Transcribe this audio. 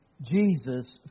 Jesus